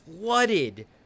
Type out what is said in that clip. flooded